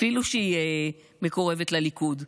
אפילו שהיא מקורבת לליכוד,